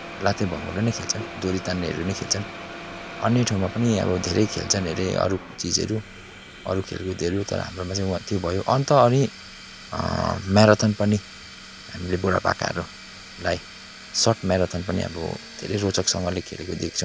लात्ते भकुन्डो नै खेल्छन् डोरी तान्नेहरू नै खेल्छन् अन्य ठाउँमा पनि अब धेरै खेल्छन् अरे अरू चिजहरू अरू खेलकुदहरू तर हाम्रोमा चाहिँ त्यो भयो अन्त अरे मेराथन पनि हामीले बुढापाकाहरूलाई सर्ट म्याराथन् पनि अब धेरै रोचकसँगले खेलेको देख्छौँ